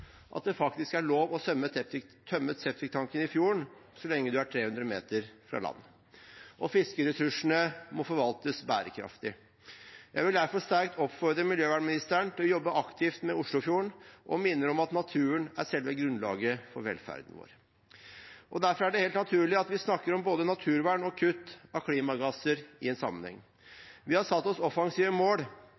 at det faktisk er lov til å tømme septiktanken i fjorden så lenge du er 300 meter fra land. Fiskeressursene må forvaltes bærekraftig. Jeg vil derfor sterkt oppfordre miljøvernministeren til å jobbe aktivt med Oslofjorden og minner om at naturen er selve grunnlaget for velferden vår. Derfor er det helt naturlig at vi snakker om både naturvern og kutt av klimagasser i en sammenheng. Vi har satt oss offensive mål.